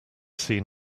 seen